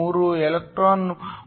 503 electron volt